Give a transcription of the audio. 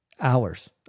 hours